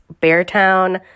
Beartown